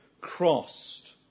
crossed